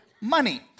money